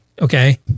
Okay